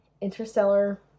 Interstellar